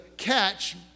catch